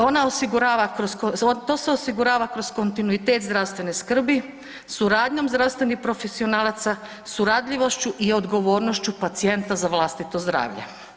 Ona osigurava, to se osigurava kroz kontinuitet zdravstvene skrbi, suradnjom zdravstvenih profesionalaca, suradljivošću i odgovornošću pacijenta za vlastito zdravlje.